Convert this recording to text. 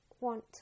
want